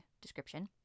description